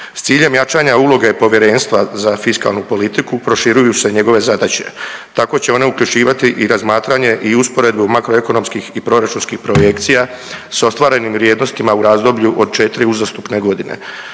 S ciljem jačanja uloge Povjerenstva za fiskalnu politiku, proširuju se njegove zadaće. Tako će one uključivati i razmatranje i usporedbu makroekonomskih i proračunskih projekcija s ostvarenim vrijednostima u razdoblju od 4 uzastopne godine